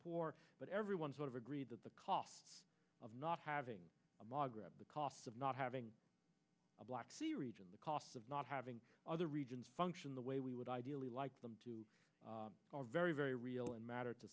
poor but everyone sort of agreed that the cost of not having a magreb the cost of not having black sea region the costs of not having other regions function the way we would ideally like them to are very very real and matter to